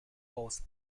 both